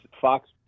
Fox